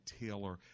Taylor